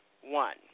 one